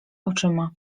oczyma